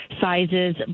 sizes